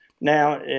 now